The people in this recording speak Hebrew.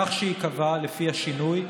כך שייקבע, לפי השינוי,